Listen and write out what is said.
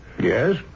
yes